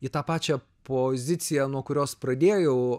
į tą pačią poziciją nuo kurios pradėjau